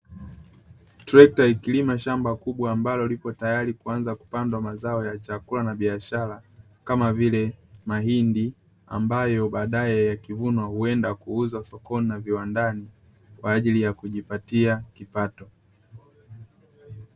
Trekta ikilima shamba kubwa ambalo lipo tayari kuanza kupandwa mazao ya chakula na biashara kama vile mahindi ambayo baadaye yakivunwa huenda kuuzwa sokoni na viwandani kwa ajili ya kujipatia kipato.